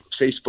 Facebook